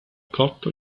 cotto